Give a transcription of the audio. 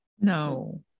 No